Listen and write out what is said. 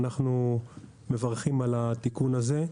אנחנו מברכים על התיקון הזה.